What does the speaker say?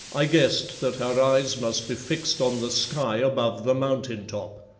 i guessed that her eyes must be fixed on the sky above the mountain top.